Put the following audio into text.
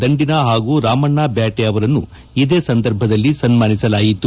ದಂಡಿನ ಹಾಗೂ ರಾಮಣ್ವಾ ಬ್ಯಾಟೆ ಅವರನ್ನು ಇದೇ ಸಂದರ್ಭದಲ್ಲಿ ಸನ್ನಾನಿಸಲಾಯಿತು